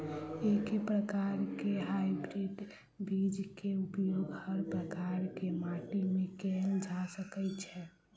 एके प्रकार केँ हाइब्रिड बीज केँ उपयोग हर प्रकार केँ माटि मे कैल जा सकय छै?